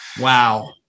Wow